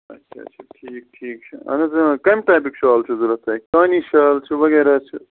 اَچھا اَچھا ٹھیٖک ٹھیٖک چھُ اَہن حظ کمہِ ٹایِپٕکۍ شال چھو ضوٚرت تۄہہِ کانہ شال چھُ وغیرہ چھُ